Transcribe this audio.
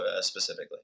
specifically